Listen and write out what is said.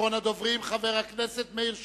אחרון הדוברים, חבר הכנסת מאיר שטרית.